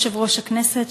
יושב-ראש הכנסת,